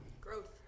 Growth